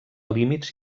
límits